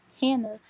Hannah